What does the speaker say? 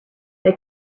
they